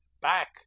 back